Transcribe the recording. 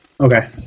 Okay